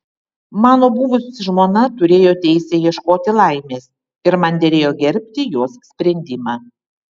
mano buvusi žmona turėjo teisę ieškoti laimės ir man derėjo gerbti jos sprendimą